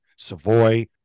Savoy